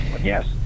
Yes